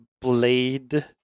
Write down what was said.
blade